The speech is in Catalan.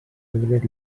febrer